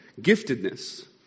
giftedness